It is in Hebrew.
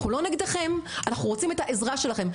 אנחנו לא נגדכם, אנחנו רוצים את העזרה שלכם.